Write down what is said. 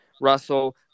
Russell